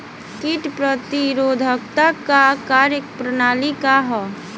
कीट प्रतिरोधकता क कार्य प्रणाली का ह?